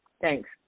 Thanks